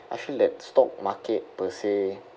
I feel that stock market per se